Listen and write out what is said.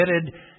committed